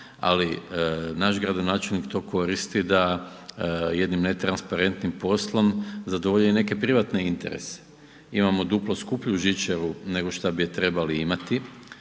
ali naš gradonačelnik to koristi da jednim netransparentnim poslom zadovolji i neke privatne interese. Imamo duplo skuplju žičaru nego šta bi je trebali imati